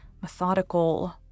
methodical